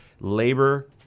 labor